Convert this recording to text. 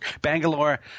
Bangalore